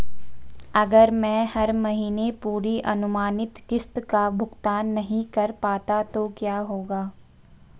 अगर मैं हर महीने पूरी अनुमानित किश्त का भुगतान नहीं कर पाता तो क्या होगा?